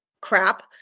crap